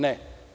Ne.